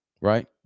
right